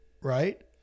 Right